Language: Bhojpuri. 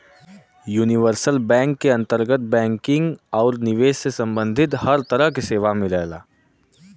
यूनिवर्सल बैंक क अंतर्गत बैंकिंग आउर निवेश से सम्बंधित हर तरह क सेवा मिलला